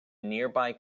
nearby